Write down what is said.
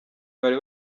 bari